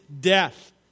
death